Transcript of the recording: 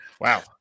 Wow